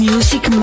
Music